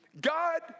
God